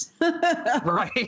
right